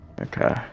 Okay